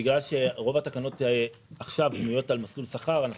בגלל שרוב התקנות עכשיו בנויות על מסלול שכר אנחנו